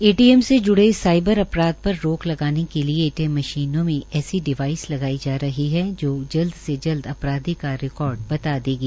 ATM से ज्ड़े cyber अपराध पर रोक लगाने के लिए एटीएम मशीनों में ऐसी डिवाईस लगाई जा रही है जो जल्द से जल्द अपराधी का रिकार्ड बता देगी